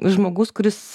žmogus kuris